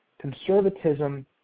Conservatism